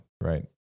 right